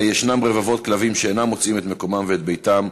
ישנם רבבות כלבים שאינם מוצאים את מקומם ואת ביתם,